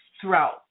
throughout